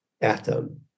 atom